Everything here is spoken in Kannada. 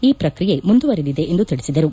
ಈ ಪ್ರಕ್ರಿಯೆ ಮುಂದುವರೆದಿದೆ ಎಂದು ತಿಳಿಸಿದರು